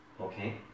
Okay